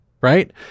right